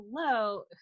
hello